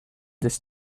this